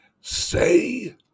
say